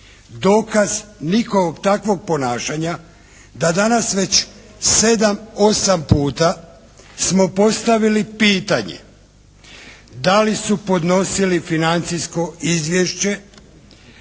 Dokaz njihovog takvog ponašanja da danas već 7, 8 puta smo postavili pitanje da li su podnosili financijsko izvješće